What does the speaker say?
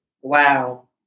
Wow